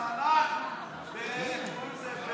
צנח, איך קוראים לזה?